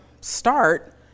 start